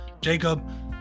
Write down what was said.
jacob